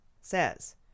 says